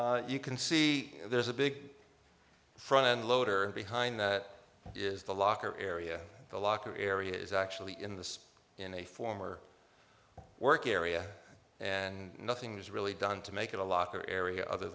w you can see there's a big front end loader behind that is the locker area the locker area is actually in this in a former work area and nothing's really done to make it a locker area other